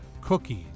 cookies